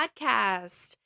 podcast